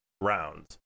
rounds